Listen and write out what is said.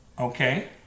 Okay